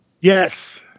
Yes